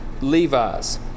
Levi's